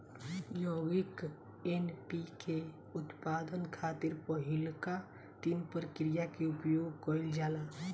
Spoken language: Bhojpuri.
यौगिक एन.पी.के के उत्पादन खातिर पहिलका तीन प्रक्रिया के उपयोग कईल जाला